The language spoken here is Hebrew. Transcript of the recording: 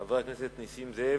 חבר הכנסת נסים זאב,